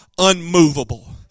unmovable